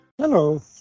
Hello